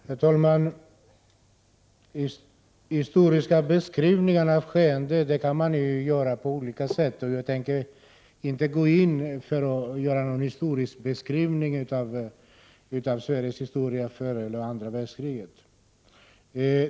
Herr talman! Historiska beskrivningar av skeenden kan man göra på olika sätt. Jag tänker inte gå in för att göra någon historieskrivning av vad som hände i Sverige före och under andra världskriget.